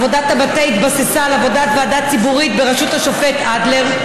עבודת המטה התבססה על עבודת ועדה ציבורית בראשות השופט אדלר,